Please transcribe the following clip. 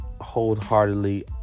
wholeheartedly